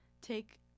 take